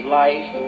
life